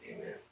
Amen